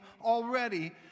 already